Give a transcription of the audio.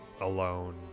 alone